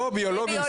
לא, ביולוגיים.